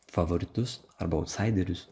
favoritus arba autsaiderius